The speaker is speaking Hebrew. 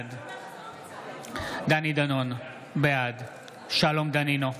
בעד דני דנון, בעד שלום דנינו,